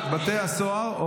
סליחה.